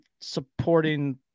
supporting